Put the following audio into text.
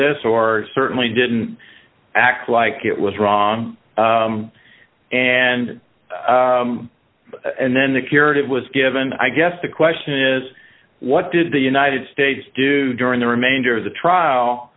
this or certainly didn't act like it was wrong and and then the curative was given i guess the question is what did the united states do during the remainder of the trial